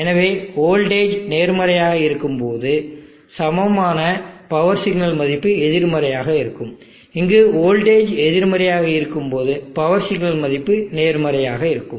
எனவே வோல்டேஜ் நேர்மறையாக இருக்கும்போது சமமான பவர் சிக்னல் மதிப்பு எதிர்மறையாக இருக்கும் இங்கு வோல்டேஜ் எதிர்மறையாக இருக்கும்போது பவர் சிக்னல் மதிப்பு நேர்மறையாக இருக்கும்